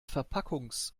verpackungs